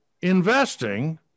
investing